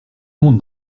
monde